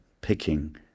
picking